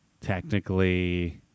technically